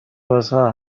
بازها